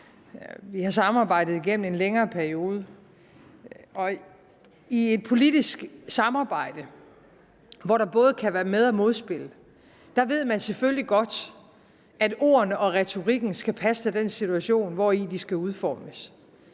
Vi har samarbejdet igennem en længere periode, og i et politisk samarbejde, hvor der både kan være med- og modspil, ved man selvfølgelig godt, at ordene og retorikken skal passe til den situation, hvori de skal udfoldes.